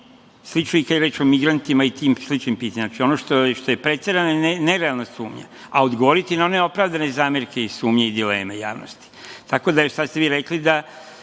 Slično je i kada je reč o migrantima i tim sličnim pitanjima, znači, ono što je preterana i nerealna sumnja, a odgovoriti na one opravdane zamerke, sumnje i dileme javnosti. Evo, sad ste vi rekli da